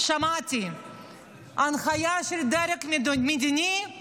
שמעתי שההנחיה של הדרג המדיני,